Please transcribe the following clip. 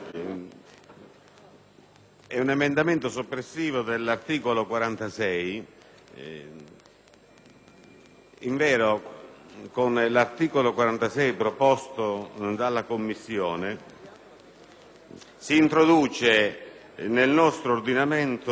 di un emendamento soppressivo dell'articolo 46. Questo articolo, proposto dalla Commissione, introduce nel nostro ordinamento